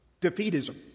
defeatism